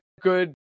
good